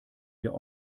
wir